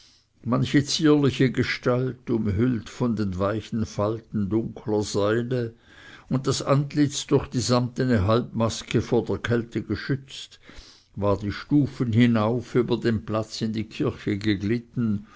manche zierliche gestalt umhüllt von den weichen falten dunkler seide und das antlitz durch die sammetne halbmaske vor der kälte geschützt war die stufen hinauf über den platz in die kirche geglitten